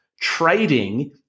trading